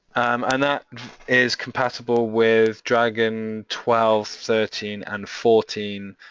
um and that is compatible with dragon twelve, thirteen, and fourteen,